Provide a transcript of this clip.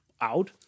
out